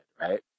right